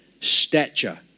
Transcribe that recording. stature